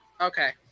Okay